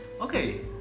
Okay